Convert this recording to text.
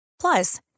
Plus